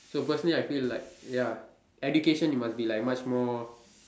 so personally I feel like ya education you must be like much more